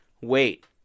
Wait